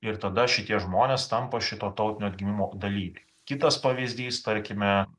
ir tada šitie žmonės tampa šito tautinio atgimimo dalyviai kitas pavyzdys tarkime